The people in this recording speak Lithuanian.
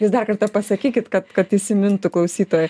jūs dar kartą pasakykit kad kad įsimintų klausytojams